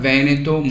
Veneto